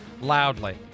loudly